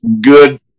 good